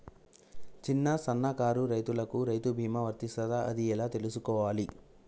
చిన్న సన్నకారు రైతులకు రైతు బీమా వర్తిస్తదా అది ఎలా తెలుసుకోవాలి?